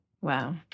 Wow